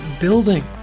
building